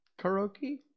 karaoke